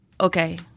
okay